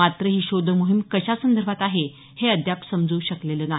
मात्र ही शोधमोहीम कशासंदर्भात आहे हे अद्याप समजू शकलेलं नाही